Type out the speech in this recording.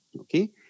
Okay